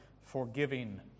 forgiving